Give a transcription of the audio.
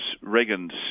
Reagan's